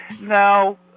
Now